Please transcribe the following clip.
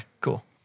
cool